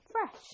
fresh